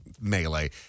melee